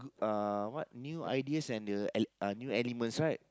g~ uh what new ideas and the el~ new elements right